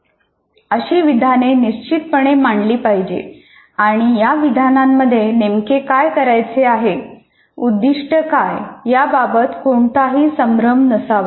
अशी विधाने निश्चितपणे मांडली पाहिजेत आणि या विधानांमध्ये नेमके काय करायचे आहे उद्दिष्ट काय याबाबत कोणताही संभ्रम नसावा